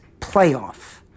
playoff